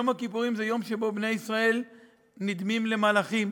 יום הכיפורים זה יום שבו בני ישראל נדמים למלאכים,